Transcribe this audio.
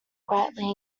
quietly